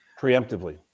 Preemptively